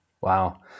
wow